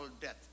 death